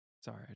Sorry